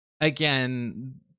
again